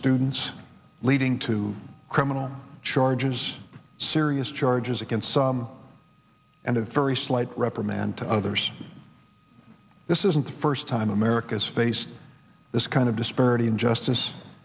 udent's leading to criminal charges serious charges against some and a very slight reprimand to others this isn't the first time america's faced this kind of disparity in justice